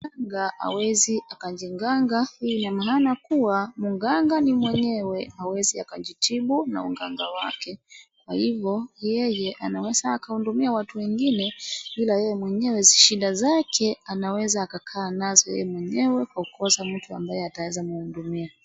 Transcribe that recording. Mganga hawezi akajiganga. Hii ina maana kuwa mganga ni mwenyewe hawezi akajitibu na uganga wake. Kwa hivyo yeye anaweza akahudumia watu wengine ila yeye mwenyewe shida zake anaweza akakaa nazo yeye mwenyewe kwa kukosa mtu ambaye ataweza kumhudumia.